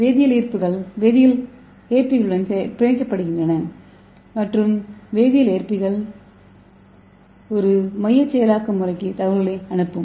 வேதியியல் ஈர்ப்புகள் வேதியியல் ஏற்பிகளுடன் பிணைக்கப்படுகின்றன மற்றும் வேதியியல் ஏற்பிகள் ஒரு மைய செயலாக்க முறைக்கு தகவல்களை அனுப்பும்